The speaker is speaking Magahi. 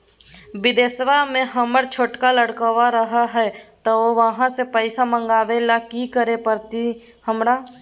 बिदेशवा में हमर छोटका लडकवा रहे हय तो वहाँ से पैसा मगाबे ले कि करे परते हमरा?